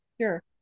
sure